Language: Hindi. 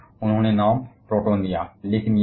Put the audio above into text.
और इसके अलावा उन्होंने प्रोटॉन नाम दिया